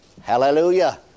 Hallelujah